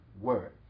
Word